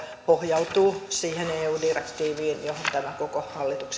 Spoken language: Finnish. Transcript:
pohjautuu siihen eu direktiiviin johon tämä koko